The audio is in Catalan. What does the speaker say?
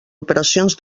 operacions